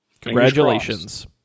Congratulations